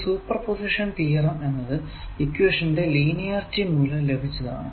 ഈ superposition theorem എന്നത് ഇക്വേഷന്റെ ലീനിയറിറ്റി മൂലം ലഭിച്ചതാണ്